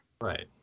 Right